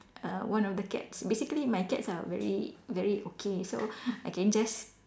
uh one of the cats basically my cats are very very okay so I can just